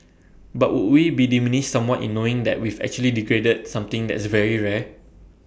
but would we be diminished somewhat in knowing that we've actually degraded that something that's very rare